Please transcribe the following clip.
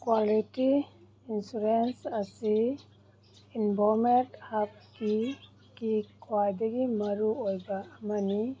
quality insurance ꯑꯁꯤ ꯏꯟꯚꯣꯃꯦꯛ ꯍꯥꯞꯀꯤ ꯀꯤ ꯈ꯭ꯋꯥꯏꯗꯒꯤ ꯃꯔꯨ ꯑꯣꯏꯕ ꯑꯃꯅꯤ